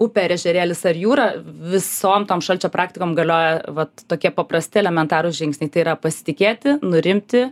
upė ar ežerėlis ar jūra visom tom šalčio praktikom galioja vat tokie paprasti elementarūs žingsniai tai yra pasitikėti nurimti